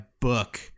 book